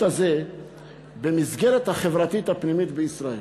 הזה במסגרת החברתית הפנימית בישראל.